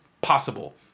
possible